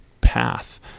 path